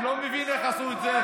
אני לא מבין איך עשו את זה.